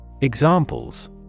Examples